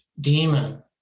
demon